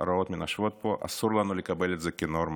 מנשבות פה, אסור לנו לקבל את זה כנורמה.